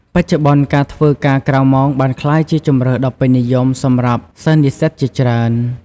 បច្ចុប្បន្ន ការធ្វើការក្រៅម៉ោងបានក្លាយជាជម្រើសដ៏ពេញនិយមសម្រាប់សិស្សនិស្សិតជាច្រើន។